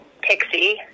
pixie